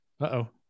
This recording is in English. Uh-oh